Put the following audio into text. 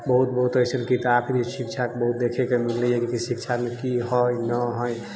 बहुत बहुत एसन किताबके शिक्षाके बहुत देखैके मिललै शिक्षामे की है ना है